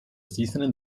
здійснено